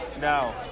no